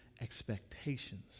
expectations